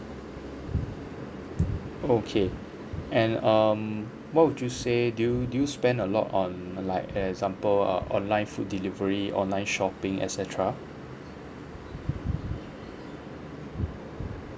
okay and um what would you say do you do you spend a lot on like an example uh online food delivery online shopping et cetera